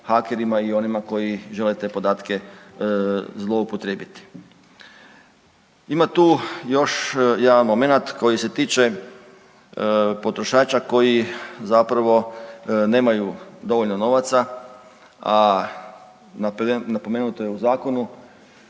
hakerima i onima koji žele te podatke zloupotrijebiti. Ima tu još jedan momenat koji se tiče potrošača koji zapravo nemaju dovoljno novaca, a napomenuto je u zakonu